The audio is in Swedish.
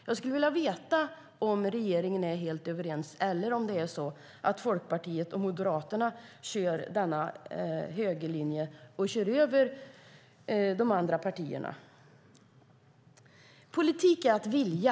Jag skulle vilja veta om regeringen är helt överens eller om Folkpartiet och Moderaterna kör över de andra partierna. Politik är att vilja.